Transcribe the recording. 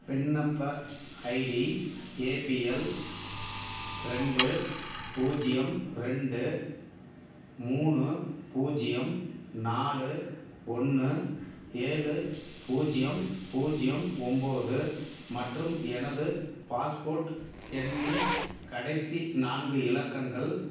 விண்ணப்ப ID A B L ரெண்டு பூஜ்ஜியம் ரெண்டு மூணு பூஜ்ஜியம் நாலு ஒன்று ஏழு பூஜ்ஜியம் பூஜ்ஜியம் ஒம்போது மற்றும் எனது பாஸ்போர்ட் எண்ணின் கடைசி நான்கு இலக்கங்கள்